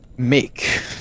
make